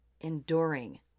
enduring